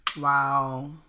wow